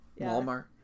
Walmart